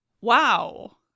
wow